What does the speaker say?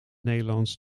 nederlands